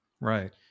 Right